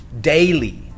daily